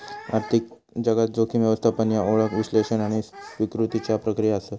आर्थिक जगात, जोखीम व्यवस्थापन ह्या ओळख, विश्लेषण आणि स्वीकृतीच्या प्रक्रिया आसत